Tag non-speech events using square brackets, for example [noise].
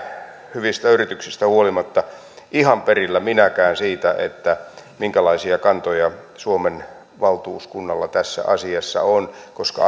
hyvistä yrityksistä huolimatta ihan perillä minäkään siitä minkälaisia kantoja suomen valtuuskunnalla tässä asiassa on koska [unintelligible]